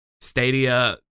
Stadia